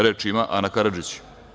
Reč ima Ana Karadžić.